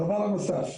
הדבר הנוסף,